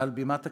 מעל בימת הכנסת,